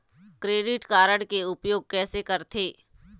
Credit card के उपयोग कैसे करथे?